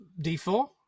d4